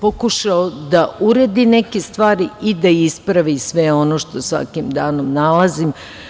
pokušao da uredi neke stvari i da ispravi sve ono što svakim danom nalazim.